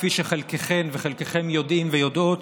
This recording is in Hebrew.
כפי שחלקכן וחלקכם יודעים ויודעות,